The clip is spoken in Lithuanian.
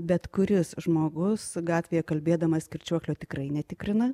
bet kuris žmogus gatvėje kalbėdamas kirčiuoklio tikrai netikrina